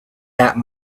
that